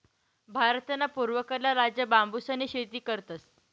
भारतना पूर्वकडला राज्य बांबूसनी शेती करतस